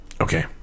Okay